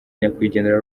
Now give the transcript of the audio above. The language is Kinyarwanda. nyakwigendera